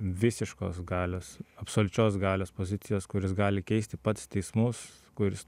visiškos galios absoliučios galios pozicijos kur jis gali keisti pats teismus kur jis